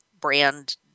brand